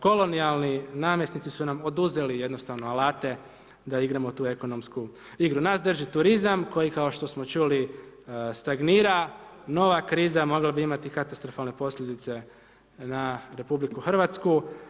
Kolonijalni namjesnici su nam oduzeli jednostavno alate da igramo tu ekonomsku igru, nas drži turizam koji kao što smo čuli, stagnira, nova kriza mogla bi imati katastrofalne posljedice na Republiku Hrvatsku.